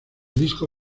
disco